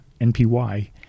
NPY